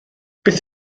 beth